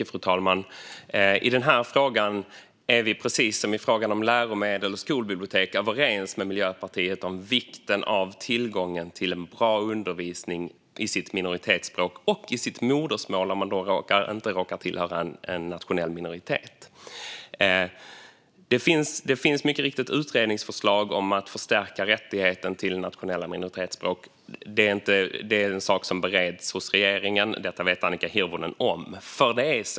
Fru talman! I den här frågan är vi precis som i frågan om läromedel och skolbibliotek överens med Miljöpartiet. Det handlar om vikten av tillgången till en bra undervisning i sitt minoritetsspråk och i sitt modersmål, om man inte råkar tillhöra en nationell minoritet. Det finns mycket riktigt utredningsförslag om att förstärka rättigheten till nationella minoritetsspråk. Det är en sak som bereds hos regeringen, och detta vet Annika Hirvonen om.